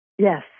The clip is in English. Yes